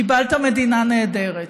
קיבלת מדינה נהדרת,